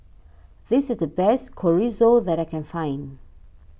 this is the best Chorizo that I can find